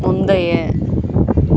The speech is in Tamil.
முந்தைய